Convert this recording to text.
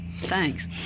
Thanks